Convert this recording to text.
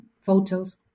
photos